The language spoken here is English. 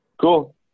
Cool